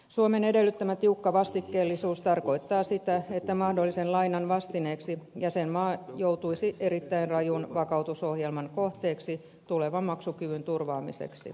suomen edellyttämä tiukka vastikkeellisuus tarkoittaa sitä että mahdollisen lainan vastineeksi jäsenmaa joutuisi erittäin rajun vakautusohjelman kohteeksi tulevan maksukyvyn turvaamiseksi